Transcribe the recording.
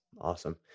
Awesome